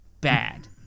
bad